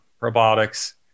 robotics